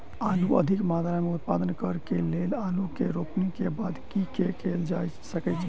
आलु अधिक मात्रा मे उत्पादन करऽ केँ लेल आलु केँ रोपनी केँ बाद की केँ कैल जाय सकैत अछि?